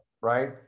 right